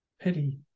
pity